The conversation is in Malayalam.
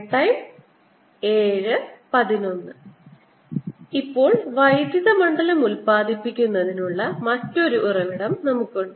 ds B∂t ഇപ്പോൾ വൈദ്യുത മണ്ഡലം ഉത്പാദിപ്പിക്കുന്നതിനുള്ള മറ്റൊരു ഉറവിടം നമുക്കുണ്ട്